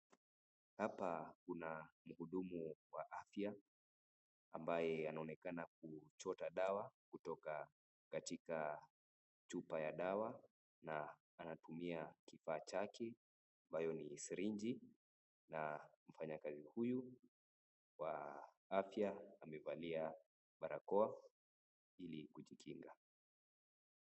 Hapa Kuna mhudumu wa afya, ambaye anaonekana kuchota dawa kutoka katika chupa ya dawa na anatumia kifaa chake ambayo ni sirinji na mfanyikazi huyu wa huyu wa afya amevalia barakoa Ili kujikinga.